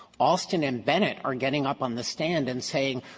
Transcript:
alston and bennett are getting up on the stand and saying,